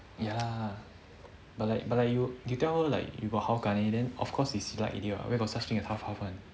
ya lah but like but like you tell her like you got 好感 already then of course it's like already what where got such thing as half half one